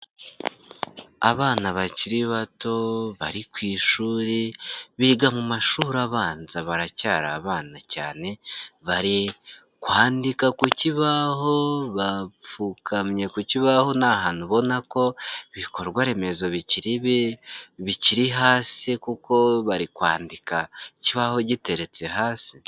Abana bakiri bato bari ku ishuri, biga mu mashuri abanza baracyari abana cyane, bari kwandika ku kibaho, bapfukamye ku kibaho, ni ahantu ubona ko ibikorwaremezo bikiribi hasi, kuko bari kwandika ikibaho giteretse hasi.